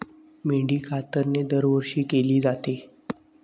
मेंढी कातरणे दरवर्षी केली जाते